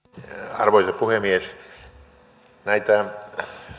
arvoisa puhemies näitä